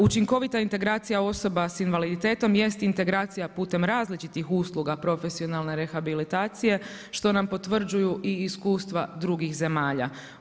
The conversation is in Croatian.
Učinkovita integracija osoba sa invaliditetom jest integracija putem različitih usluga profesionalne rehabilitacije što nam potvrđuju i iskustva drugih zemalja.